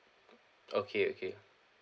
okay okay